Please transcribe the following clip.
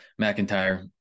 McIntyre